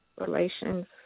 relations